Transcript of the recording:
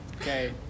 Okay